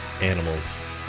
animals